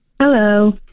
Hello